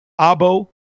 Abo